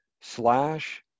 slash